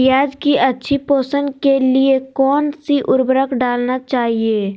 प्याज की अच्छी पोषण के लिए कौन सी उर्वरक डालना चाइए?